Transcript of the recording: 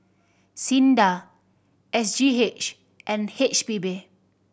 SINDA S G H and H P B